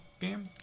game